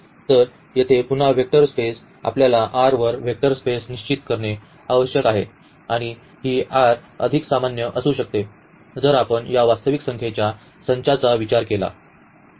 तर येथे पुन्हा वेक्टर स्पेस आपल्याला R वर वेक्टर स्पेस निश्चित करणे आवश्यक आहे आणि ही R अधिक सामान्य असू शकते जसे आपण या वास्तविक संख्येच्या संचाचा विचार केला आहे